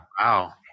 Wow